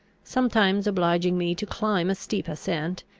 sometimes obliging me to climb a steep ascent,